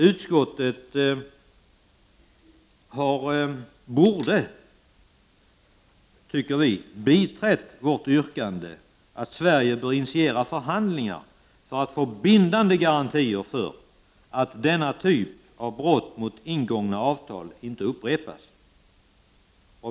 Utskottet borde ha biträtt vårt yrkande om att Sverige initierar förhandlingar om bindande garantier för att denna typ av brott mot ingångna avtal inte upprepas.